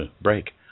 break